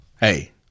Hey